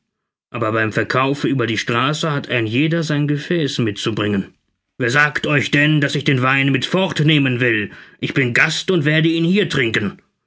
aber beim verkaufe über die straße hat ein jeder sein gefäß mitzubringen wer sagt euch denn daß ich den wein mit fortnehmen will ich bin gast und werde ihn hier trinken